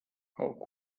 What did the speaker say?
how